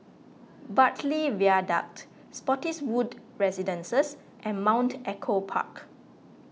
Bartley Viaduct Spottiswoode Residences and Mount Echo Park